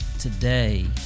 today